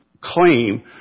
claim